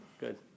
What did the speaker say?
good